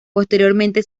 posteriormente